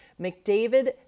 McDavid